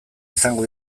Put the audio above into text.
izango